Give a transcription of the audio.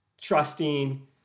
trusting